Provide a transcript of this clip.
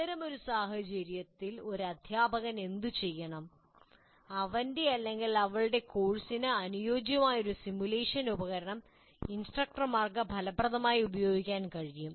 അത്തരമൊരു സാഹചര്യത്തിൽ ഒരു അധ്യാപകൻ എന്തുചെയ്യണം അവന്റെ അല്ലെങ്കിൽ അവളുടെ കോഴ്സിന് അനുയോജ്യമായ ഒരു സിമുലേഷൻ ഉപകരണം ഇൻസ്ട്രക്ടർമാർക്ക് ഫലപ്രദമായി ഉപയോഗിക്കാൻ കഴിയും